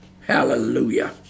Hallelujah